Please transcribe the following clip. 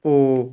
ହଁ